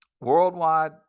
worldwide